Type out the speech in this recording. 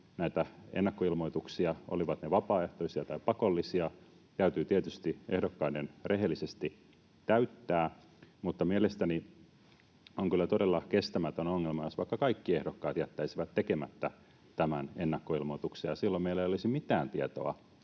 Näitä ennakkoilmoituksia, olivat ne vapaaehtoisia tai pakollisia, täytyy tietysti ehdokkaiden rehellisesti täyttää, mutta mielestäni on kyllä todella kestämätön ongelma, jos vaikka kaikki ehdokkaat jättäisivät tekemättä tämän ennakkoilmoituksen. Silloin meillä ei olisi mitään tietoa